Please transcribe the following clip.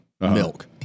milk